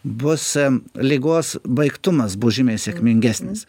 bus ligos baigtumas bus žymiai sėkmingesnis